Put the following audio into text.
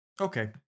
Okay